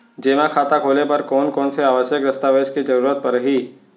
जेमा खाता खोले बर कोन कोन से आवश्यक दस्तावेज के जरूरत परही?